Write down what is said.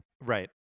Right